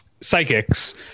psychics